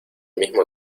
mismo